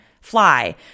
fly